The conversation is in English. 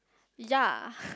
ya